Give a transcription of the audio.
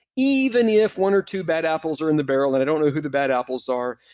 even if one or two bad apples are in the barrel, and i don't know who the bad apples are,